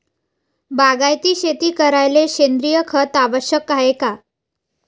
बागायती शेती करायले सेंद्रिय खत आवश्यक हाये का?